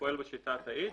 הפועל בשיטה התאית,